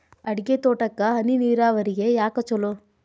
ಅಡಿಕೆ ತೋಟಕ್ಕ ಹನಿ ನೇರಾವರಿಯೇ ಯಾಕ ಛಲೋ?